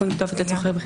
מכובדיי,